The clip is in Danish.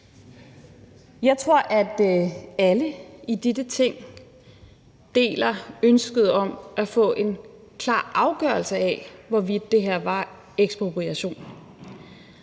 Jeg tror, at alle i dette Ting deler ønsket om at få en klar afgørelse af, hvorvidt det her var ekspropriation,